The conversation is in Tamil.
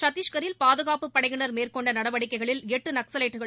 சத்திஷ்கரில் பாதுகாப்புப்படையினர் மேற்கொண்ட நடவடிக்கைகளில் எட்டு நக்ஸலைட்டுகள்